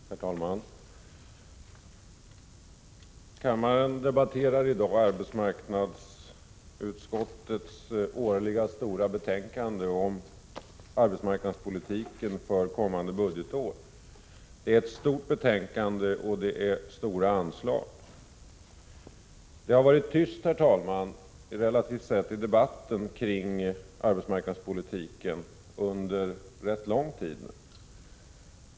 Herr talman! Kammaren debatterar i dag arbetsmarknadsutskottets årliga stora betänkande om arbetsmarknadspolitiken för kommande budgetår. Det är ett stort betänkande, och det är stora anslag som det handlar om. Det har varit tyst, herr talman, i debatten kring arbetsmarknadspolitiken under rätt lång tid.